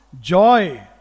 joy